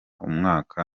umwaka